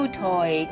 toy